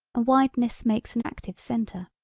a wideness makes an active center.